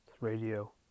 Radio